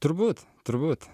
turbūt turbūt